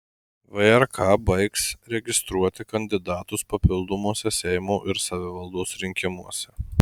vrk baigs registruoti kandidatus papildomuose seimo ir savivaldos rinkimuose